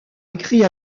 écrit